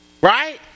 right